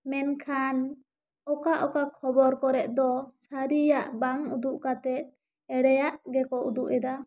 ᱢᱮᱱᱠᱷᱟᱱ ᱚᱠᱟ ᱚᱠᱟ ᱠᱷᱚᱵᱚᱨ ᱠᱚᱨᱮ ᱫᱚ ᱥᱟᱹᱨᱤᱭᱟᱜ ᱵᱟᱝ ᱩᱫᱩᱜ ᱠᱟᱛᱮᱜ ᱮᱲᱮᱭᱟᱜ ᱜᱮᱠᱚ ᱩᱫᱩᱜ ᱮᱫᱟ